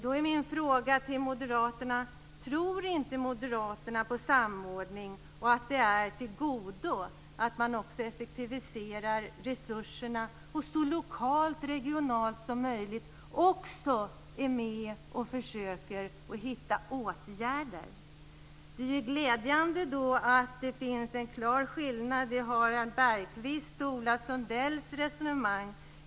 Då är min fråga till Moderaterna: Tror inte Moderaterna på samordning, att det är av godo att man utnyttjar resurserna effektivare och att man så lokalt och regionalt som möjligt också är med och försöker hitta åtgärder? Det är glädjande att det finns en klar skillnad mellan Harald Bergströms och Ola Sundells resonemang.